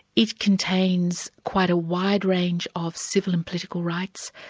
each contains quite a wide range of civil and political rights,